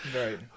right